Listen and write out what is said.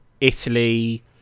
Italy